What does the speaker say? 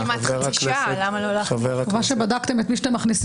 אני מקווה שבדקתם את מי שאתם מכניסים,